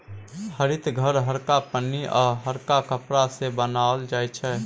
हरित घर हरका पन्नी आ हरका कपड़ा सँ बनाओल जाइ छै